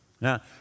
Now